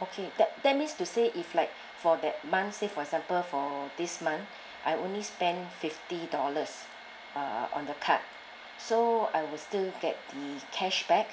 okay that that means to say if like for that month say for example for this month I only spend fifty dollars uh on the card so I will still get the cashback